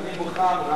אני מוכן,